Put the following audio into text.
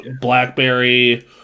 BlackBerry